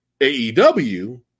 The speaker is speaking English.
AEW